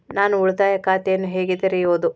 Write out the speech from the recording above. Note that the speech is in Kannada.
ನಾನು ಉಳಿತಾಯ ಖಾತೆಯನ್ನು ಹೇಗೆ ತೆರೆಯುವುದು?